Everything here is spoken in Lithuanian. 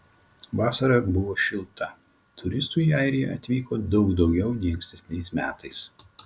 vasara buvo šilta turistų į airiją atvyko daug daugiau nei ankstesniais metais